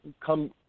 come